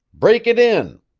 break it in.